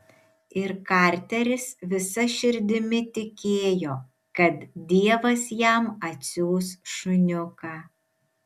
ir karteris visa širdimi tikėjo kad dievas jam atsiųs šuniuką